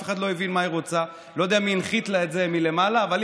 בג"ץ שקבע שזכות ההפגנה אינה אבסולוטית,